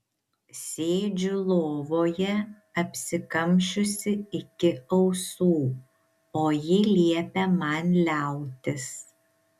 sėdžiu lovoje apsikamšiusi iki ausų o ji liepia man liautis